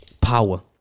power